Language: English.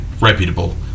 reputable